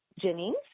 Jennings